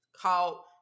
called